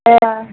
हँ